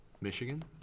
Michigan